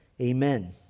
Amen